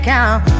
count